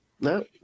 No